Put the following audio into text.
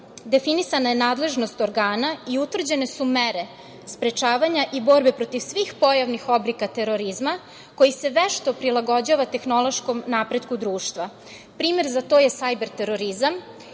definisana je nadležnost organa i utvrđene su mere sprečavanja i borbe protiv svih pojavnih oblika terorizma koji se vešto prilagođava tehnološkom napretku društva. Primer za to je sajber terorizam. Na